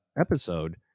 episode